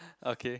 okay